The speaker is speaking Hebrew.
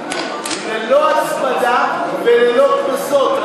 ללא הצמדה וללא קנסות,